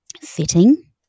fitting